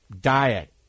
diet